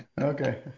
Okay